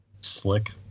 slick